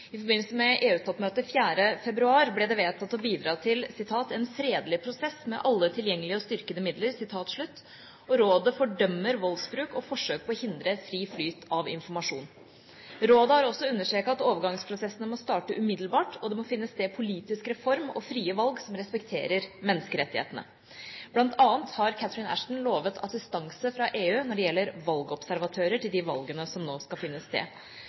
i regionen. I forbindelse med EU-toppmøtet 4. februar ble det vedtatt å bidra til «en fredelig prosess med alle tilgjengelige og styrkede midler», og rådet fordømmer voldsbruk og forsøk på å hindre fri flyt av informasjon. Rådet har også understreket at overgangsprosessen må starte umiddelbart, og det må finne sted politisk reform og frie valg som respekterer menneskerettighetene. Blant annet har Catherine Ashton lovet assistanse fra EU når det gjelder valgobservatører til de valgene som nå skal finne sted.